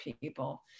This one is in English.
people